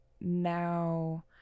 now